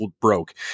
broke